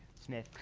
smith.